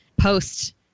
post